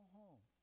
home